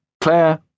Claire